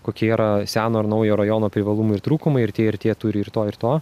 kokie yra seno ir naujo rajono privalumai ir trūkumai ir tie ir tie turi ir to ir to